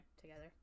together